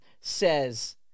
says